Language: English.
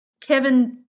Kevin